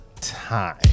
time